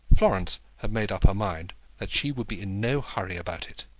florence had made up her mind that she would be in no hurry about it.